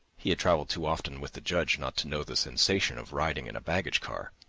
he had travelled too often with the judge not to know the sensation of riding in a baggage car.